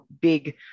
big